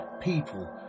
People